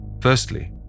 Firstly